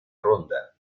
ronda